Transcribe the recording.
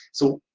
so,